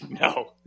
No